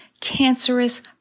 cancerous